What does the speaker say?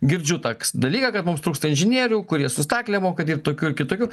girdžiu taks dalyką kad mums trūksta inžinierių kurie su staklėm moka dirbt tokių ir kitokių